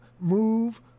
move